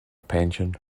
pension